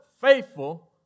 Faithful